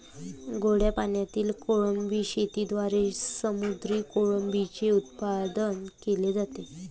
गोड्या पाण्यातील कोळंबी शेतीद्वारे समुद्री कोळंबीचे उत्पादन केले जाते